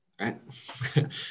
Right